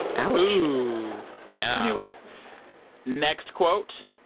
ouch ooh yeah anyway next quote.